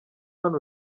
hano